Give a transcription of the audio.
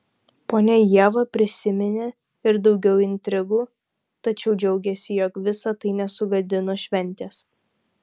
ponia ieva prisiminė ir daugiau intrigų tačiau džiaugėsi jog visa tai nesugadino šventės